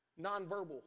nonverbal